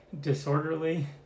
disorderly